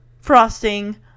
frosting